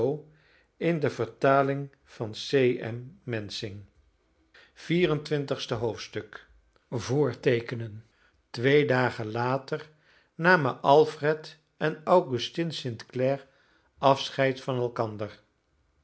hoofdstuk voorteekenen twee dagen later namen alfred en augustine st clare afscheid van elkander